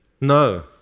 No